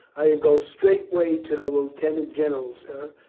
i go straight way to the lieutenant general, sir.